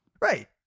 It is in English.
Right